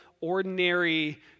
ordinary